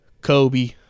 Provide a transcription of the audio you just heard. Kobe